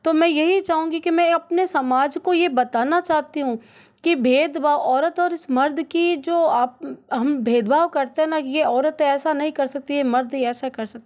तो मैं यही चाहूँगी कि मैं अपने समाज को ये बताना चाहती हूँ कि भेदभाव औरत और इस मर्द की जो आप हम भेदभाव करते ना ये औरत ऐसा नहीं कर सकती है मर्द ही ऐसा कर सकता है